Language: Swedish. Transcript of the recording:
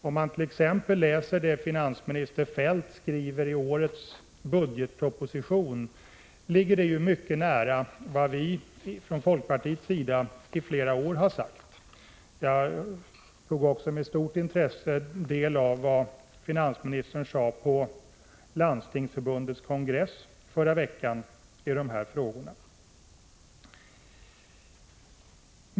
Om man t.ex. läser det som finansminister Feldt skriver i årets budgetproposition finner man att detta ligger mycket nära det som folkpartiet under flera år har sagt. Jag tog också med stort intresse del av vad finansministern sade om dessa frågor på Landstingsförbundets kongress i förra veckan.